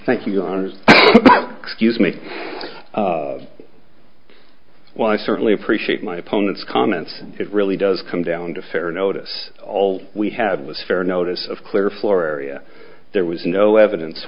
thank you your honor excuse me while i certainly appreciate my opponent's comments it really does come down to fair notice all we had was fair notice of clear floor area there was no evidence